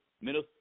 middle –